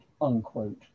Unquote